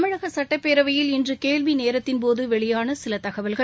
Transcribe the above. தமிழக சட்டப்பேரவையில் இன்று கேள்வி நேரத்தின் போது வெளியான சில தகவல்கள்